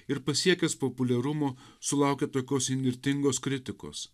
ir pasiekęs populiarumo sulaukė tokios įnirtingos kritikos